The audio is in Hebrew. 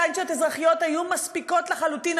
סנקציות אזרחיות היו מספיקות לחלוטין,